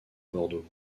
bordeaux